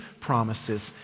promises